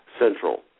Central